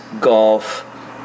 golf